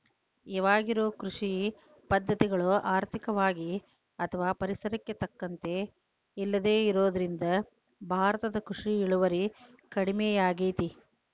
ಇವಾಗಿರೋ ಕೃಷಿ ಪದ್ಧತಿಗಳು ಆರ್ಥಿಕವಾಗಿ ಅಥವಾ ಪರಿಸರಕ್ಕೆ ತಕ್ಕಂತ ಇಲ್ಲದೆ ಇರೋದ್ರಿಂದ ಭಾರತದ ಕೃಷಿ ಇಳುವರಿ ಕಡಮಿಯಾಗೇತಿ